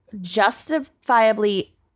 justifiably